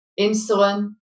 Insulin